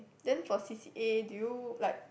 then for C_C_A do you like